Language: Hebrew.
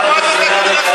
אמרת,